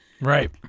Right